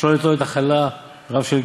שלא ליטול חלה, רעב של